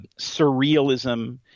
surrealism